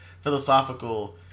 philosophical